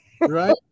right